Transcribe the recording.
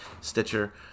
Stitcher